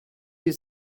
will